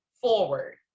forward